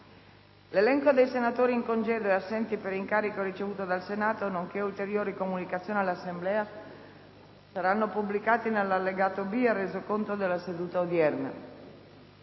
L'elenco dei senatori in congedo e assenti per incarico ricevuto dal Senato, nonché ulteriori comunicazioni all'Assemblea saranno pubblicati nell'allegato B al Resoconto della seduta odierna.